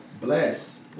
Bless